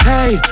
Hey